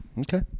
Okay